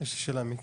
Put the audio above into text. יש לי שאלה, מיקי,